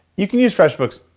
you can use freshbooks.